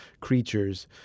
creatures